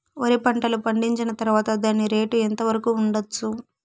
వరి పంటలు పండించిన తర్వాత దాని రేటు ఎంత వరకు ఉండచ్చు